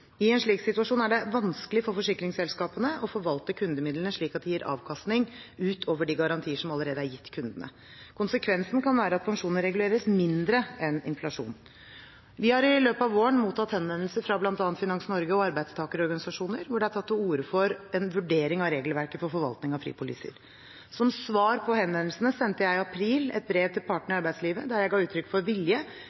I en slik situasjon er det vanskelig for forsikringsselskapene å forvalte kundemidlene slik at de gir avkastning utover de garantiene som allerede er gitt kundene. Konsekvensen kan være at pensjonen reguleres mindre enn inflasjonen. Vi har i løpet av våren mottatt henvendelser fra bl.a. Finans Norge og arbeidstakerorganisasjoner der det er tatt til orde for en vurdering av regelverket for forvaltning av fripoliser. Som svar på henvendelsene sendte jeg i april et brev til partene